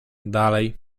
dalej